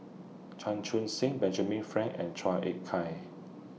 Chan Chun Sing Benjamin Frank and Chua Ek Kay